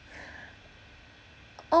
oh